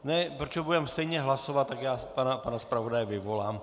Ne, protože budeme stejně hlasovat, tak já pana zpravodaje vyvolám.